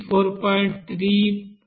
4